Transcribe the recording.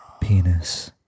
penis